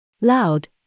Loud